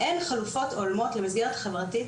אין חלופות הולמות למסגרת חברתית,